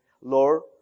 Lord